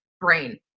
brain